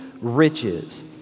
riches